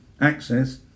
access